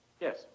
Yes